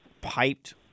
piped